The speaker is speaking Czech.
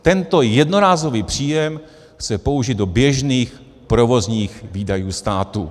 Tento jednorázový příjem chce použít do běžných provozních výdajů státu.